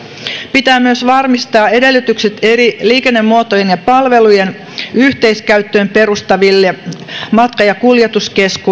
pitää myös varmistaa edellytykset eri liikennemuotojen ja palvelujen yhteiskäyttöön perustuville matka ja kuljetusket